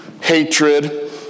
hatred